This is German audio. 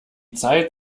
zeit